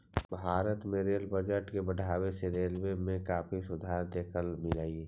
भारत में rail budget के बढ़ावे से रेलों में काफी सुधार देखे मिललई